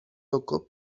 loco